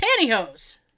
Pantyhose